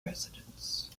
residents